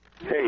Hey